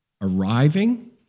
Arriving